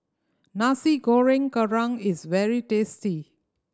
Nasi Goreng Kerang is very tasty